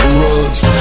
rubs